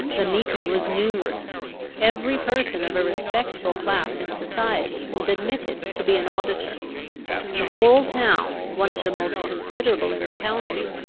the meeting was numerous every person of a respectable class in society was admitted to be an auditor the whole town, one of the most considerable in the county,